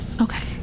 Okay